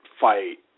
Fight